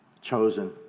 chosen